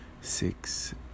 six